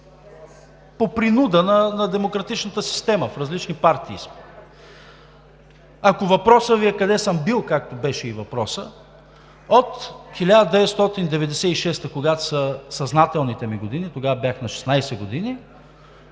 по принуда на демократичната система – в различни партии сме. Ако въпросът Ви е къде съм бил – както беше и въпросът, от 1996 г., когато са съзнателните ми години, тогава бях на 16 години,